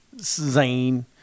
zane